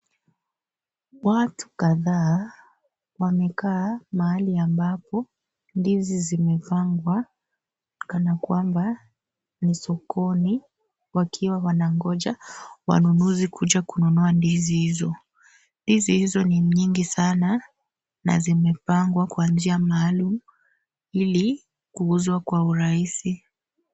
Watu kadhaa, wamekaa mahali ambapo , ndizi zimepangwa kana kwamba ni sokoni. Wakiwa wanangoja wanunuzi kuja kununua ndizi hizo. Ndizi hizo ni nyingi sana na zimepangwa, kwa njia maalum ili kuuzwa kwa urahisi.